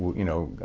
you know,